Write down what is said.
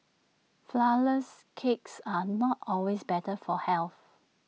Flourless Cakes are not always better for health